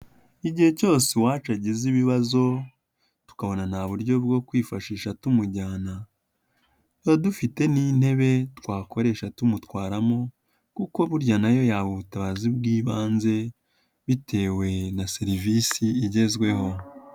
Igihe cyose uwacu agize ibibazo tukabona nta buryo bwo kwifashisha tumujyana, tuba dufite n'intebe twakoresha tumutwaramo kuko burya na yo yaba ubutabazi bw'ibanze bitewe na serivisi igezweho.